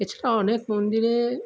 এছাড়া অনেক মন্দিরে